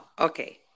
okay